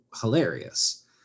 hilarious